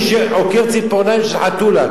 מי שעוקר ציפורניים של חתולה.